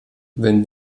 wenn